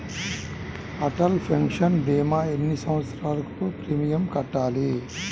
Atal pension భీమా ఎన్ని సంవత్సరాలు వరకు ప్రీమియం కట్టాలి?